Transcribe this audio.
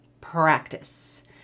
practice